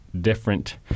different